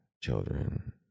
children